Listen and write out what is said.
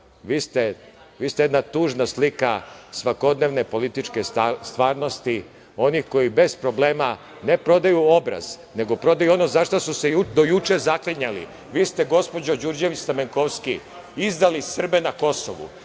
Vi ste jedna tužna slika svakodnevne političke stvarnosti, onih koji bez problema ne prodaju obraz, nego prodaju ono za šta su se do juče zaklinjali. Vi ste, gospođo Đurđević Stamenkovski, izdali Srbe na Kosovu.